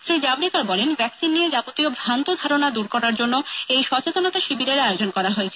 শ্রী জাভরেকার বলেন ভ্যাকসিন নিয়ে যাবতীয় ভ্রান্ত ধারণা দূর করার জন্য এই সচেতনতা শিবিরের আয়োজন করা হয়েছে